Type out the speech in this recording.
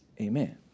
Amen